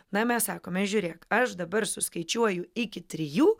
na mes sakome žiūrėk aš dabar suskaičiuoju iki trijų